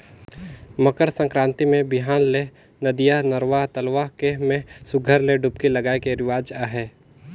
मकर संकरांति मे बिहान ले नदिया, नरूवा, तलवा के में सुग्घर ले डुबकी लगाए के रिवाज अहे